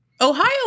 Ohio